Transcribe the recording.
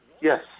Yes